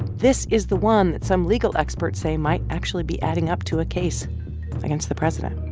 this is the one that some legal experts say might actually be adding up to a case against the president